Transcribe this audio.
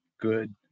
good